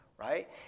Right